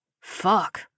Fuck